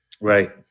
Right